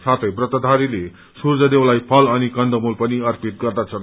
साौँ व्रतधारीले सूर्यदेवलाई फल अनि कन्दमूल पनि अर्पित गर्दछन्